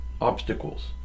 obstacles